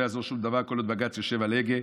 לא יעזור שום דבר כל עוד בג"ץ יושב על ההגה.